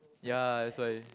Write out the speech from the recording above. ya that's why